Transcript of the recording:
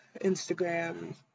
Instagram